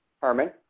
Herman